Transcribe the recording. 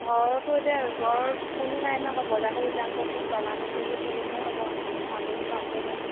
ঘৰতো এতিয়া ঘৰত কোনো নাই নহয় আকৌ বজাৰ কৰিবলৈ যাম আকৌ এইখন তলা মাৰি মেলি থৈ গ'লেহে হ'ব আকৌ মানহজনো কামলৈ গ'লগৈ